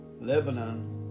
Lebanon